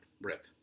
Rip